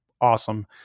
awesome